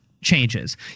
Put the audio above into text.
changes